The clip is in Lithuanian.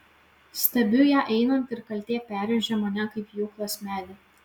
stebiu ją einant ir kaltė perrėžia mane kaip pjūklas medį